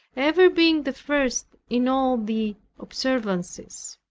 ever being the first in all the observances.